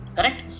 Correct